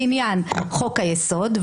לעניין חוק-היסוד.